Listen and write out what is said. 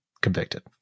convicted